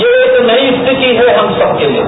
यह एक नई स्थिति है हम सबके लिये